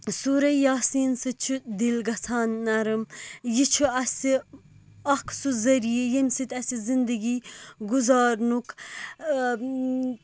سورہ یاسیٖن سٍتۍ چھُ دِل گَژھان نَرٕم یہِ چھُ اَسہِ اَکھ سُہ ذٔریعہِ ییٚمہِ سٍتۍ اَسہِ زِنٛدٕگی گُزارنُک